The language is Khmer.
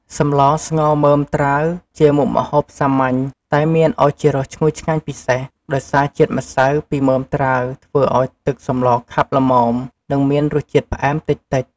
សម្លស្ងោរមើមត្រាវ ជាមុខម្ហូបសាមញ្ញតែមានឱជារសឈ្ងុយឆ្ងាញ់ពិសេស ដោយសារជាតិម្សៅពីមើមត្រាវធ្វើឱ្យទឹកសម្លខាប់ល្មម និងមានរសជាតិផ្អែមតិចៗ។